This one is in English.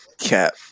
cap